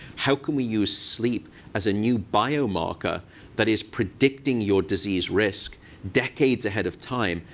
how can we use sleep as a new biomarker that is predicting your disease risk decades ahead of time?